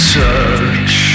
touch